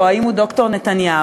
או האם הוא ד"ר נתניהו?